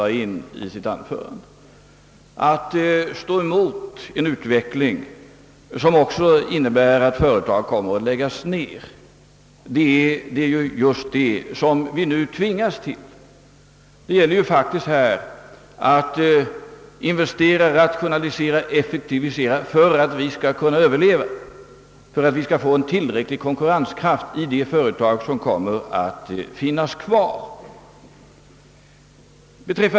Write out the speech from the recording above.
Vad vi nu tvingas till är nämligen att möta en utveckling som innebär att företag kommer att läggas ned. Det gäller att investera, att rationalisera, att effektivisera för att vi skall kunna överleva och för att vi skall få en tillräcklig konkurrenskraft hos de företag som kommer att finnas kvar.